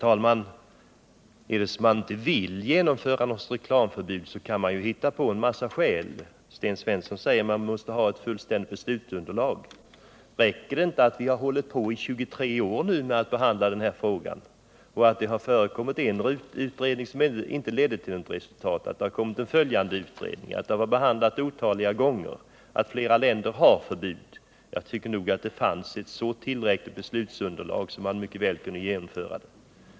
Herr talman! Om man inte vill genomföra ett reklamförbud kan man naturligtvis hitta på en massa skäl. Sten Svensson säger att man måste ha ett fullständigt beslutsunderlag. Räcker det inte att vi nu har hållit på i 23 år att behandla den här frågan? Räcker det inte att det har förekommit en utredning 17 som inte ledde till något resultat, att det har förekommit :en följande utredning, att frågan har behandlats otaliga gånger, att flera länder redan har reklamförbud? Jag tycker att det finns tillräckligt underlag för att man skall kunna genomföra beslutet.